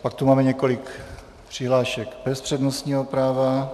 Pak tu máme několik přihlášek bez přednostního práva.